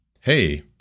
hey